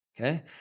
Okay